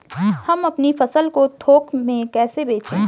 हम अपनी फसल को थोक में कैसे बेचें?